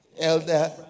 elder